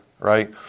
Right